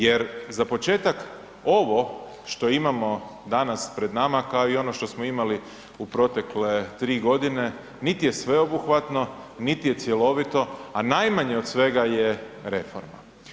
Jer za početak ovo što imamo danas pred nama kao i ono što smo imali u protekle tri godine niti je sveobuhvatno, niti je cjelovito a najmanje od svega je reforma.